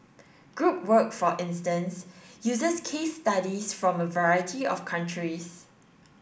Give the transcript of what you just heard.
group work for instance uses case studies from a variety of countries